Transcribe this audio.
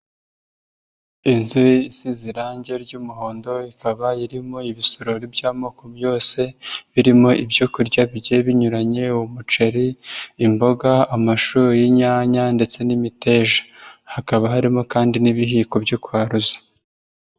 Inzusize irangi ry'umuhondo ikaba irimo ibisorori by'amoko yose, birimo ibyo kurya bigiye binyuranye umuceri, imboga amashu, inyanya ndetse n'imiteja. Hakaba harimo kandi n'ibiyiko byo kwaruza.